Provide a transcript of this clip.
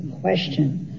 question